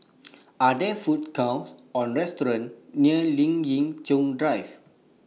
Are There Food Courts Or restaurants near Lien Ying Chow Drive